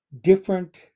different